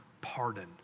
pardon